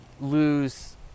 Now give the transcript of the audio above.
lose